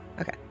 Okay